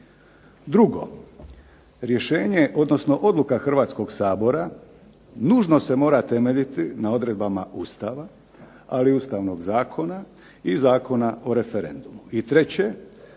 Drugo rješenje, odnosno odluka Hrvatskog sabora nužno se mora temeljiti na odredbama Ustava, ali i ustavnog zakona i Zakona o referendumu.